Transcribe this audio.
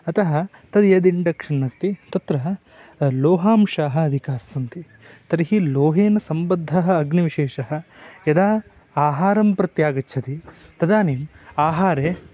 अतः तद् यद् इण्डक्शन् अस्ति तत्र लोहाम्शाः अधिकास्सन्ति तर्हि लोहेन सम्बद्धः अग्निविशेषः यदा आहारं प्रत्यागच्छति तदानीम् आहारे